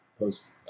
post